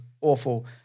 awful